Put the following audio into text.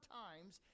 times